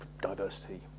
diversity